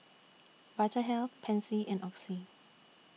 Vitahealth Pansy and Oxy